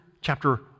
chapter